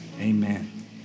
amen